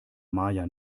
maja